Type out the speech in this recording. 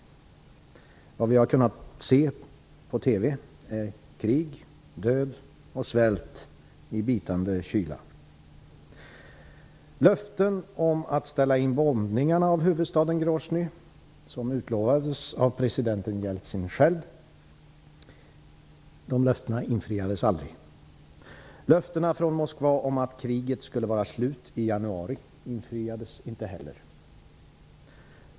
Vad vi har kunnat se på TV är krig, död och svält i bitande kyla. Löftena om att ställa in bombningarna av huvudstaden Grosnyj, som gavs av president Jeltsin själv, infriades aldrig. Löftena från Moskva om att kriget skulle vara slut i januari infriades inte heller.